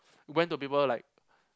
went to the paper like